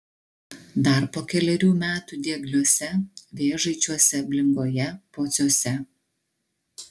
dar po kelerių metų diegliuose vėžaičiuose ablingoje pociuose